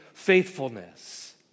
Faithfulness